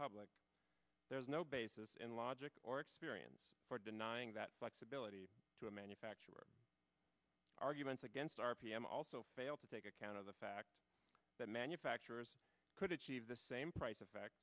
public there's no basis in logic or experience for denying that flexibility to a manufacturer arguments against r p m also fail to take account of the fact that manufacturers could achieve the same price of fact